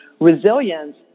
resilience